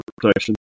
protection